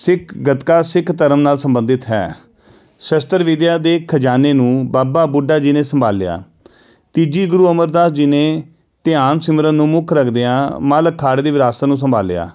ਸਿੱਖ ਗਤਕਾ ਸਿੱਖ ਧਰਮ ਨਾਲ ਸੰਬੰਧਿਤ ਹੈ ਸ਼ਸਤਰ ਵਿੱਦਿਆ ਦੇ ਖਜ਼ਾਨੇ ਨੂੰ ਬਾਬਾ ਬੁੱਢਾ ਜੀ ਨੇ ਸੰਭਾਲਿਆ ਤੀਜੀ ਗੁਰੂ ਅਮਰਦਾਸ ਜੀ ਨੇ ਧਿਆਨ ਸਿਮਰਨ ਨੂੰ ਮੁੱਖ ਰੱਖਦਿਆਂ ਮੱਲ ਅਖਾੜੇ ਦੀ ਵਿਰਾਸਤ ਨੂੰ ਸੰਭਾਲਿਆ